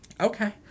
okay